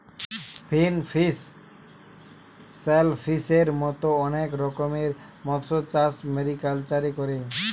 finfish, শেলফিসের মত অনেক রকমের মৎস্যচাষ মেরিকালচারে করে